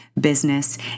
business